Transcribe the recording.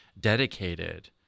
dedicated